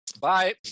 Bye